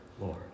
Lord